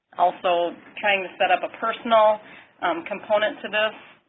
also trying to set up a personal component to this.